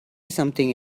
something